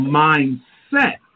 mindset